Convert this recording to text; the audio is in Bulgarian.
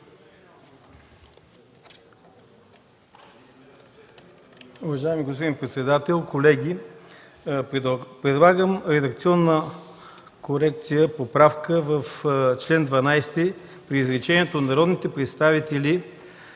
Уважаеми господин председател, колеги! Предлагам редакционна поправка в чл. 12. Изречението „Народните представители